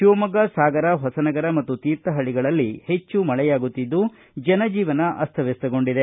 ಶಿವಮೊಗ್ಗ ಸಾಗರ ಹೊಸನಗರ ಮತ್ತು ತೀರ್ಥಹಳ್ಳಗಳಲ್ಲಿ ಹೆಚ್ಚು ಮಳೆಯಾಗುತ್ತಿದ್ದು ಜನಜೀವನ ಅಸ್ಪವ್ಯವಸ್ಗೊಂಡಿದೆ